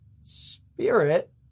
Spirit